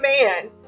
man